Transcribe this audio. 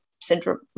syndrome